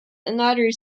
another